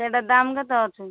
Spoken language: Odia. ସେଇଟା ଦାମ୍ କେତେ ଅଛି